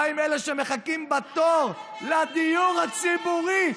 מה עם אלה שמחכים בתור לדיור הציבורי?